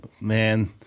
man